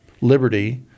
liberty